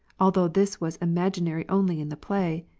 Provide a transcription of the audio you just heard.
although this was imaginary only in the play.